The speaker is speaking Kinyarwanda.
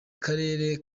karere